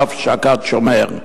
שוא שקד שומר".